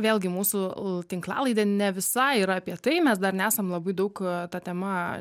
vėlgi mūsų tinklalaidė ne visai yra apie tai mes dar nesam labai daug ta tema